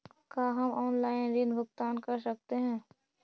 का हम आनलाइन ऋण भुगतान कर सकते हैं?